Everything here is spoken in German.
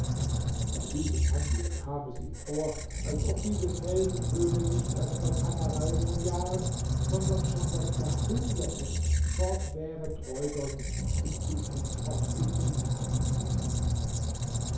bei diesem anblick kam es ihm vor als ob diese felsenhöhle nicht erst seit einer reihe von jahren sondern schon seit jahrhunderten fortwährend räubern zum zufluchtsort gedient haben müsse